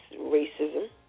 racism